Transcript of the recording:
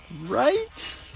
Right